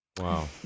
Wow